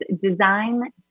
design